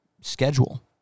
schedule